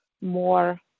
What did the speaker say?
more